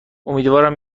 امیدوارم